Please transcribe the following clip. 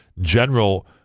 general